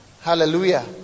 Hallelujah